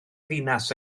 ddinas